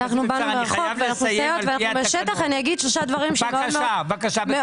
אני חייב לסיים על פי התקנון.